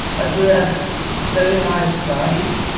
i do have very high anxieties